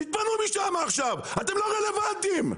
תתפנו משמה עכשיו, אתם לא רלוונטיים,